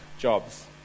jobs